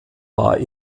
war